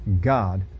God